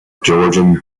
georgian